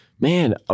Man